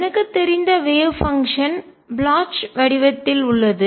எனக்குத் தெரிந்த wave function அலை செயல்பாடு ப்ளொச் வடிவத்தில் உள்ளது